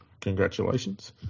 congratulations